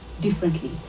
differently